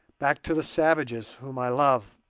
back to the savages, whom i love,